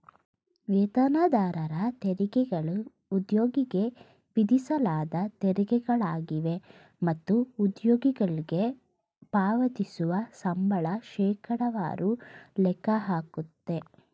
ವೇತನದಾರರ ತೆರಿಗೆಗಳು ಉದ್ಯೋಗಿಗೆ ವಿಧಿಸಲಾದ ತೆರಿಗೆಗಳಾಗಿವೆ ಮತ್ತು ಉದ್ಯೋಗಿಗಳ್ಗೆ ಪಾವತಿಸುವ ಸಂಬಳ ಶೇಕಡವಾರು ಲೆಕ್ಕ ಹಾಕುತ್ತೆ